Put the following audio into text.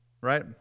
right